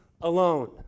alone